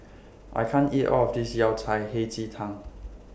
I can't eat All of This Yao Cai Hei Ji Tang